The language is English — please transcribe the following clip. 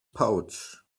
pouch